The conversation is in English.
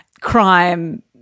crime